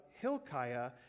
Hilkiah